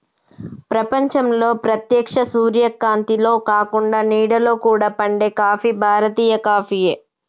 ప్రపంచంలో ప్రేత్యక్ష సూర్యకాంతిలో కాకుండ నీడలో కూడా పండే కాఫీ భారతీయ కాఫీయే